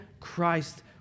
Christ